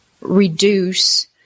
reduce